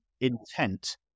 intent